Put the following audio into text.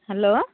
hello